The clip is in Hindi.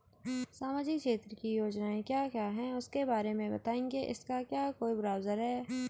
सामाजिक क्षेत्र की योजनाएँ क्या क्या हैं उसके बारे में बताएँगे इसका क्या कोई ब्राउज़र है?